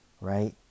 right